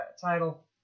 title